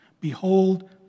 Behold